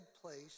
place